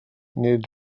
nid